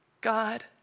God